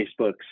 Facebook's